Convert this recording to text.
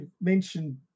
mentioned